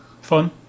Fun